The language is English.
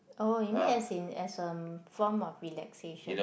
oh you mean as in as a form of relaxation